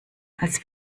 als